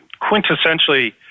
quintessentially